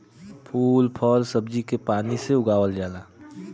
फूल फल सब्जी के पानी से उगावल जाला